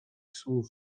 słów